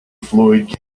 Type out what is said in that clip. floyd